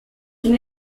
can